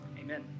amen